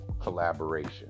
collaboration